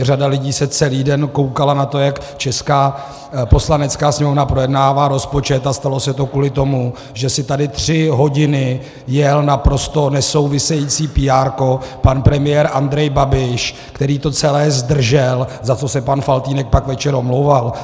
Řada lidí se celý den koukala na to, jak česká Poslanecká sněmovna projednává rozpočet, a stalo se to kvůli tomu, že si tady tři hodiny jel naprosto nesouvisející píárko pan premiér Andrej Babiš, který to celé zdržel, za což se pan Faltýnek pak večer omlouval.